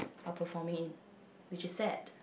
are performing in which is sad